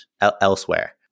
elsewhere